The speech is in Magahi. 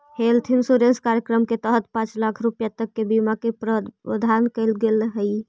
हेल्थ इंश्योरेंस कार्यक्रम के तहत पांच लाख रुपया तक के बीमा के प्रावधान कैल गेल हइ